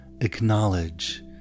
acknowledge